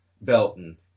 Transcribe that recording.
Belton